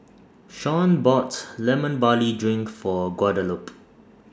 Sean bought Lemon Barley Drink For Guadalupe